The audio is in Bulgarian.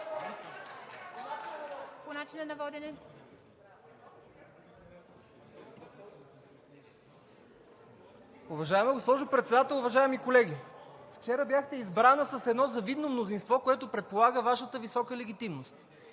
ГЕОРГИЕВ (ГЕРБ-СДС): Уважаема госпожо Председател, уважаеми колеги, вчера бяхте избрана с едно завидно мнозинство, което предполага Вашата висока легитимност.